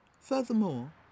Furthermore